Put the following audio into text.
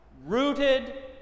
rooted